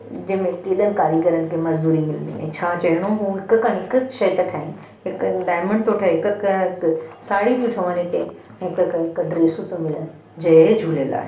जंहिंमें केॾनि कारीगरनि खे मज़दूरी मिलणी ऐं छा चइणो त हिक खां हिकु शइ था ठाहिनि हिक खां हिकु डायमंड थो ठहे हिक खां हिकु साड़ियूं थी ठहनि हिते हिक खां हिकु ड्रेसूं थी मिलनि जय झूलेलाल